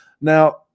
Now